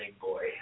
boy